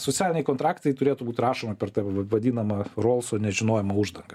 socialiniai kontraktai turėtų būt rašomi per ta va vadinama rolso nežinojimo uždangą